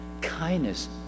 kindness